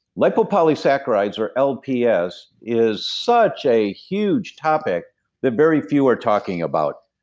lipopolysaccharides or lps is such a huge topic that very few are talking about.